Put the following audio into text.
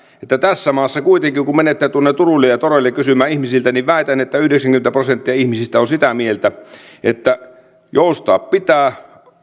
että tässä maassa kuitenkin kun menette tuonne turuille ja toreille kysymään ihmisiltä väitän yhdeksänkymmentä prosenttia ihmisistä on sitä mieltä joustaa pitää